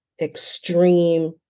extreme